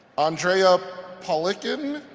andrea poliakon,